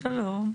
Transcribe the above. שלום, שלום.